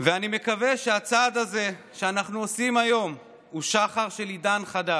ואני מקווה שהצעד הזה שאנחנו עושים היום הוא שחר של עידן חדש.